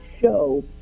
show